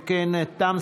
אם כן,